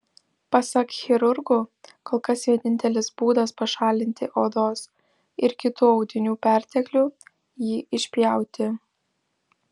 pasak chirurgų kol kas vienintelis būdas pašalinti odos ir kitų audinių perteklių jį išpjauti